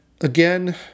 Again